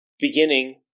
beginning